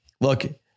Look